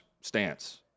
stance